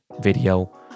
video